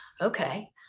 Okay